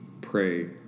pray